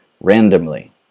randomly